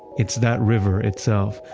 it's that river itself,